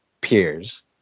peers